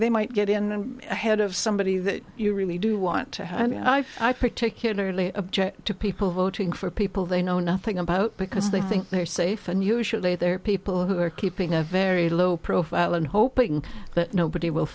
they might get in ahead of somebody that you really do want to have particularly object to people voting for people they know nothing about because they think they are safe and usually there are people who are keeping a very low profile and hoping that nobody will